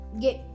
get